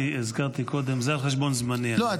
הזכרתי קודם זה על חשבון זמני --- לא,